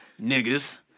niggas